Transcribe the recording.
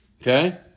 Okay